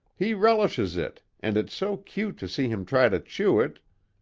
he relishes it, and it's so cute to see him try to chew it